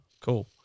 cool